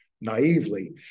naively